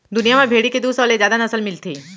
दुनिया म भेड़ी के दू सौ ले जादा नसल मिलथे